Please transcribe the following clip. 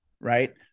Right